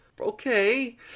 Okay